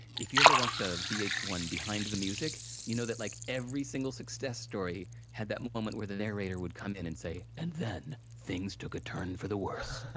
if you've ever watched a v h one behind the music, you know like every single success story had that moment where the narrator would come in and say, and then, things took a turn for the worse.